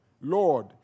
Lord